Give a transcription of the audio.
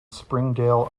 springdale